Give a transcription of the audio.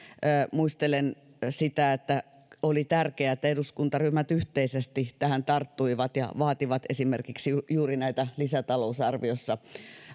muistelen sitä että oli tärkeää että eduskuntaryhmät yhteisesti tähän tarttuivat ja vaativat esimerkiksi juuri näitä lisätalousarviossa